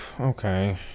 okay